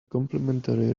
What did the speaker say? complimentary